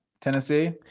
Tennessee